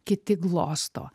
kiti glosto